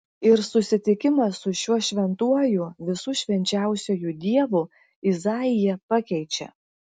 ir susitikimas su šiuo šventuoju visų švenčiausiuoju dievu izaiją pakeičia